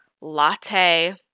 latte